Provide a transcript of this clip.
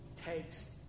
takes